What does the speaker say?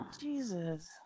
Jesus